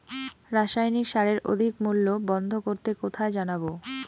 রাসায়নিক সারের অধিক মূল্য বন্ধ করতে কোথায় জানাবো?